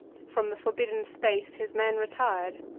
from the forbidden space his men retir'd.